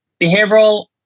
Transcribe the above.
Behavioral